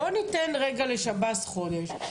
בואו ניתן לשב"ס חודש.